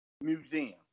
Museum